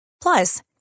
Plus